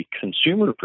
consumer